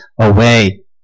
away